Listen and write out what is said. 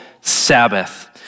Sabbath